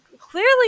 clearly